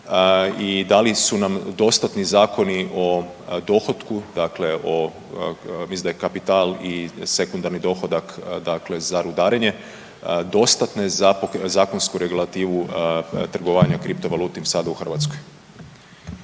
i da li su nam dostatni zakoni o dohotku, mislim da je kapital i sekundarni dohodak za rudarenje dostatne za zakonsku regulativu trgovanja kriptovalutama sad u Hrvatskoj?